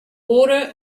water